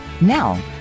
Now